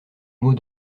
mot